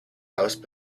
house